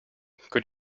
could